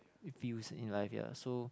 it feels in life ya so